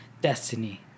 destiny